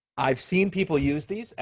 i've seen people use these.